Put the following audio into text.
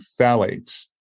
phthalates